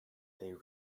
they